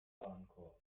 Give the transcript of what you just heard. warenkorb